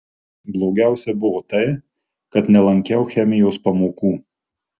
blogiausia buvo tai kad nelankiau chemijos pamokų